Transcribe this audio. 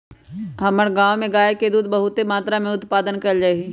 हमर गांव में गाय के दूध बहुते मत्रा में उत्पादन कएल जाइ छइ